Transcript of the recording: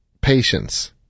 patience